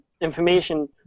information